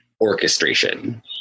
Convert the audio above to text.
orchestration